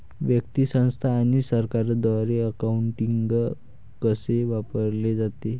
व्यक्ती, संस्था आणि सरकारद्वारे अकाउंटिंग कसे वापरले जाते